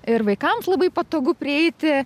ir vaikams labai patogu prieiti